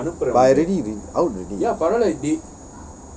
but I already re~ out already